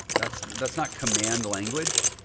that's that's not command language.